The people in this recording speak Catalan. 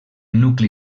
nucli